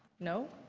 no?